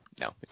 No